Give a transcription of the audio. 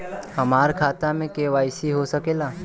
हमार खाता में के.वाइ.सी हो सकेला?